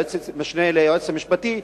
המשנה ליועץ המשפטי,